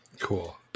cool